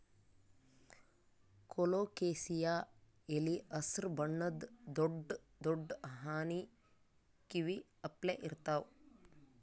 colocasia ಎಲಿ ಹಸ್ರ್ ಬಣ್ಣದ್ ದೊಡ್ಡ್ ದೊಡ್ಡ್ ಆನಿ ಕಿವಿ ಅಪ್ಲೆ ಇರ್ತವ್